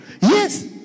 yes